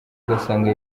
ugasanga